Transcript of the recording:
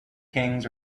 kings